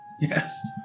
Yes